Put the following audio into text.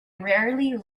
rarely